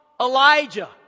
Elijah